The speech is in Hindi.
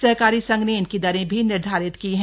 सहकारी संघ ने इनकी दरें भी निर्धारित की है